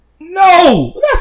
No